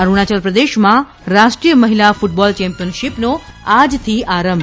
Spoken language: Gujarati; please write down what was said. અરૂણાયલ પ્રદેશમાં રાષ્ટ્રીય મહિલા કૂટબોલ ચેમ્પીયનશીપનો આજથી આરંભ